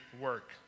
work